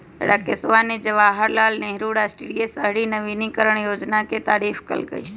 राकेशवा ने जवाहर लाल नेहरू राष्ट्रीय शहरी नवीकरण योजना के तारीफ कईलय